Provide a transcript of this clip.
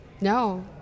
no